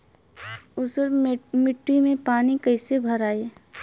ऊसर मिट्टी में पानी कईसे भराई?